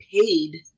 paid